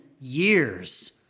years